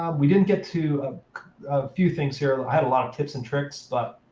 um we didn't get to a few things here. i had a lot of tips and tricks. but